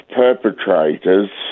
perpetrators